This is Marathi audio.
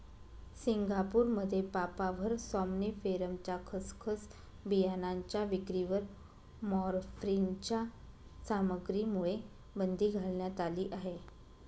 सिंगापूरमध्ये पापाव्हर सॉम्निफेरमच्या खसखस बियाणांच्या विक्रीवर मॉर्फिनच्या सामग्रीमुळे बंदी घालण्यात आली आहे